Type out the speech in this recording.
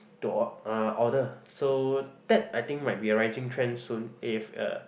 to or uh order so that I think might be a rising trend soon if uh